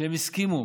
הן הסכימו